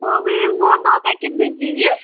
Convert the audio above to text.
वह भी वह दो पैकिट भेज दीजिए